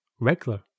regular